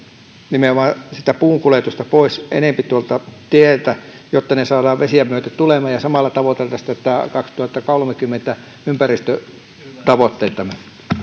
nimenomaan sitä puunkuljetusta pois enempi tuolta tieltä niin jotta ne saadaan vesiä myöten tulemaan samalla tavoiteltaisiin näitä kaksituhattakolmekymmentä ympäristötavoitteitamme